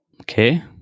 Okay